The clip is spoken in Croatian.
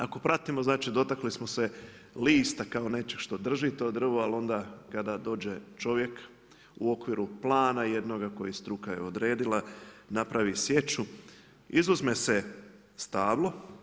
Ako pratimo, znači dotakli smo se lista kao nečeg što drži to drvo, ali onda kada dođe čovjek u okviru plana jednoga koji struka je odredila napravi sječu, izuzme se stablo.